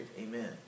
Amen